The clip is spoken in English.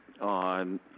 on